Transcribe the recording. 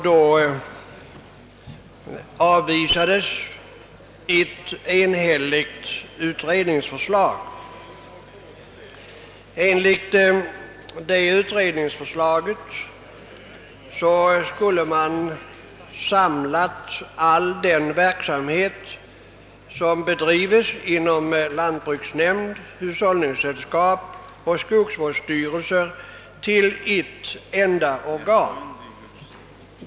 Då avvisades ett enhälligt utredningsförslag, enligt vilket man skulle ha samlat all den verksamhet som bedrives inom lantbruksnämnd, hushållningssällskap och skogsvårdsstyrelse i ett enda organ.